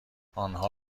آنها